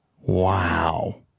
Wow